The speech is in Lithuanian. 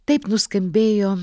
taip nuskambėjo